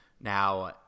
Now